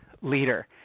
leader